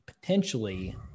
potentially